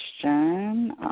question